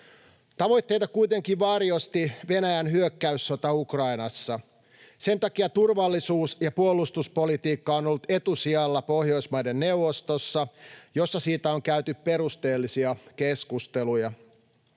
Tavoitteita kuitenkin varjosti Venäjän hyökkäyssota Ukrainassa. Sen takia turvallisuus- ja puolustuspolitiikka on ollut etusijalla Pohjoismaiden neuvostossa, jossa siitä on käyty perusteellisia keskusteluja.